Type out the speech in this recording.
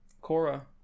Cora